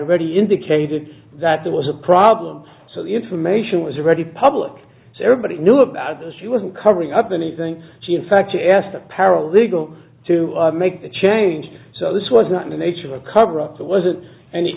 already indicated that there was a problem so the information was ready public so everybody knew about it she wasn't covering up anything she in fact she asked a paralegal to make the change so this was not in the nature of a cover up that wasn't an